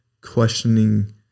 questioning